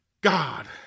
God